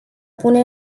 pune